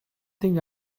think